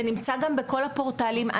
זה נמצא גם בכל הפורטלים.